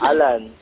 Alan